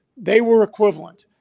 they were equivalent.